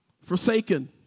forsaken